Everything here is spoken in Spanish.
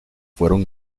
fueron